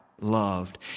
loved